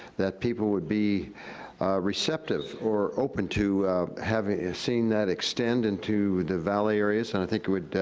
that people would be receptive or open to having, seeing that extend into the valley areas and i think it would,